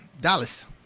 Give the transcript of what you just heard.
Dallas